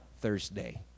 Thursday